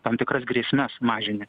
tam tikras grėsmes mažini